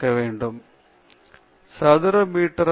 நீங்கள் வேலை செய்தால் நான் அணுகுமுறைகளைப் பார்க்கலாமா